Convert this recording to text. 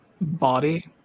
body